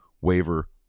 waiver